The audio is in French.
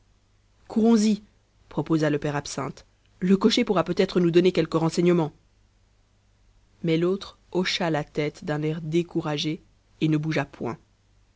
courons y proposa le père absinthe le cocher pourra peut-être nous donner quelque renseignement mais l'autre hocha la tête d'un air découragé et ne bougea point